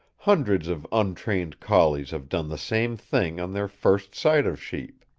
hundreds of untrained collies have done the same thing on their first sight of sheep.